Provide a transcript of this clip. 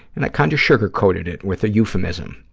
and i kind of sugarcoated it with a euphemism.